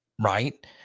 right